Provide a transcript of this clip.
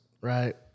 right